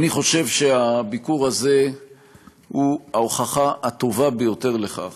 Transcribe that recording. אני חושב שהביקור הזה הוא ההוכחה הטובה ביותר לכך